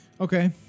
Okay